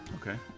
Okay